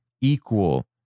equal